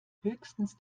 höchstens